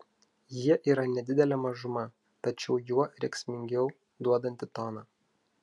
jie yra nedidelė mažuma tačiau juo rėksmingiau duodanti toną